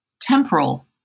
temporal